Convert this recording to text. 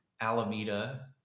Alameda